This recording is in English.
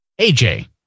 AJ